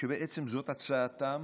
שבעצם זאת הצעתם,